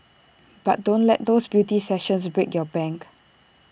but don't let those beauty sessions break your bank